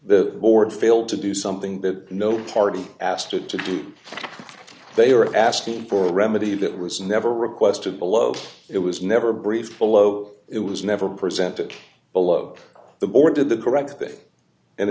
the board failed to do something that no party asked it to do they are asking for a remedy that was never requested below it was no ever brief followed it was never presented below the board did the correct thing and